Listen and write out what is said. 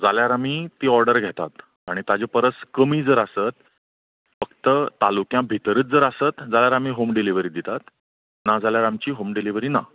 जाल्यार आमी ती ऑर्डर घेतात आनी ताचे परस कमी जर आसत फक्त तालुक्यां भितरूच जर आसत जाल्यार आमी होम डिलीवरी दितात ना जाल्यार आमची होम डिलीवरी ना